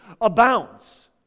abounds